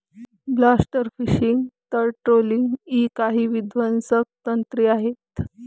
blast fishing, तळ trawling इ काही विध्वंसक तंत्रे आहेत